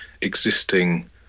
existing